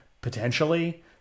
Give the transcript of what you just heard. Potentially